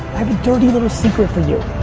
i have a dirty little secret for you.